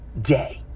day